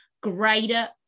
greater